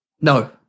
No